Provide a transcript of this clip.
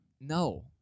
No